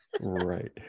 right